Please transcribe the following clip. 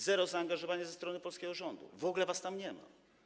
Zero zaangażowania ze strony polskiego rządu, w ogóle was tam nie ma.